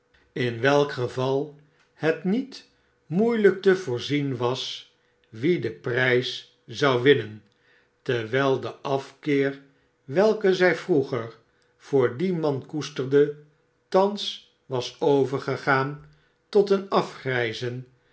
in welk geval het niet moeielijk te voorzien was wie den prijs zou winnen terwijl de af keer welke zij vroeger voor dien man koesterde thans was overgegaan tot een afgrijzen